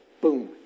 Boom